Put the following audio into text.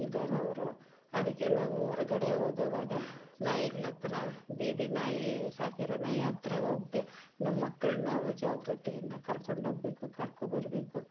ಇದ್ದಾರೆ ಅವರು ಅದಕ್ಕೆ ನಾವು ಹೊರಗಡೆ ಹೋಗುವಾಗ ನಾಯಿಗಳ ಹತ್ತಿರ ಬೀದಿ ನಾಯಿ ಸಾಕಿರುವ ನಾಯಿ ಹತ್ತಿರ ಹೋಗದೇ ನಮ್ಮ ಮಕ್ಕಳನ್ನ ನಾವು ಜಾಗೃತಿಯಿಂದ ಕರ್ಕೊಂಡೋಗ್ಬೇಕು ಕರ್ಕೊಂಡ್ಬರ್ಬೇಕು